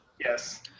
Yes